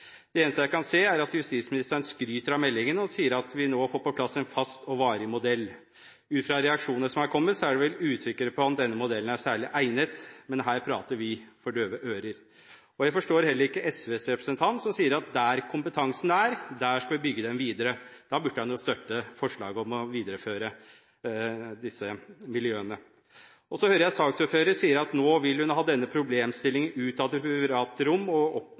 Det eneste jeg kan se, er at justisministeren skryter av meldingen og sier at vi nå får på plass en fast og varig modell. Ut fra reaksjonene som er kommet, er vi usikre på om denne modellen er særlig egnet, men her prater vi for døve ører. Jeg forstår heller ikke SVs representant som sier at der kompetansen er, der skal vi bygge den videre. Da burde han jo støtte forslaget om å videreføre disse miljøene. Så hører jeg saksordføreren sier at hun nå vil ha denne problemstillingen ut av det private rom og